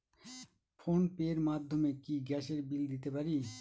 Phone pay র মাধ্যমে কি গ্যাসের বিল দিতে পারি?